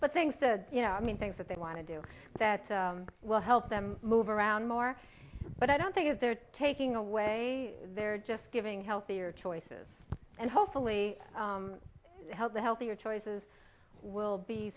but things to you know i mean things that they want to do that will help them move around more but i don't think that they're taking away they're just giving healthier choices and hopefully help the healthier choices will be